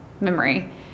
memory